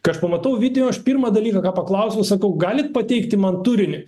kai aš pamatau video aš pirmą dalyką ką paklausiau sakau galit pateikti man turinį